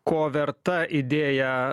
ko verta idėja